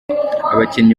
abakinnyi